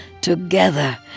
Together